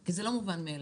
כי זה לא מובן מאליו.